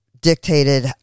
dictated